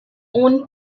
own